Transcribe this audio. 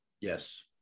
Yes